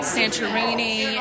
Santorini